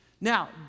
Now